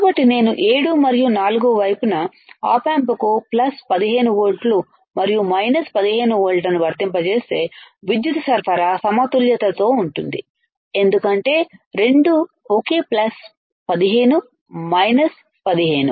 కాబట్టి నేను 7 మరియు 4 వైపున ఆప్ ఆంప్కు ప్లస్ 15 వోల్ట్లు మరియు మైనస్ 15 వోల్ట్లను వర్తింపజేస్తే విద్యుత్ సరఫరా సమతుల్యతతో ఉంటుంది ఎందుకంటే రెండూ ఒకే ప్లస్ 15 మైనస్ 15